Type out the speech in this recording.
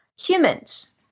humans